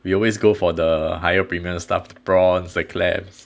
we always go for the higher premium stuff prawns and clams